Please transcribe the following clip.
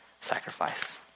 sacrifice